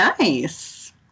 nice